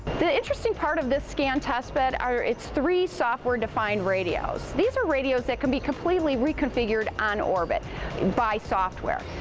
the interesting part of this scan test bed are its three software defined radios. these are radios that can be completely reconfigured on orbit and by software.